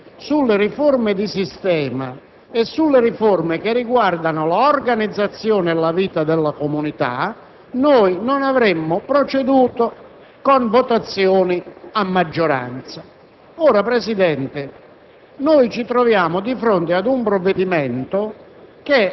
abbiamo sottolineato che sulle grandi questioni istituzionali, sulle riforme di sistema e su quelle che riguardano l'organizzazione e la vita della comunità non avremmo proceduto con votazioni a maggioranza.